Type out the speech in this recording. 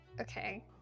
Okay